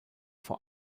vor